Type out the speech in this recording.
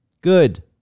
Good